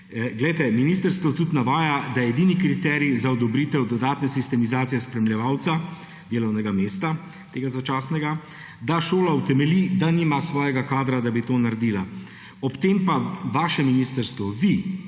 usmerjena. Ministrstvo tudi navaja, da je edini kriterij za odobritev dodatne sistemizacije delovnega mesta spremljevalca, tega začasnega, da šola utemelji, da nima svojega kadra, da bi to naredila. Ob tem pa vaše ministrstvo, vi